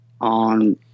on